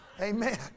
Amen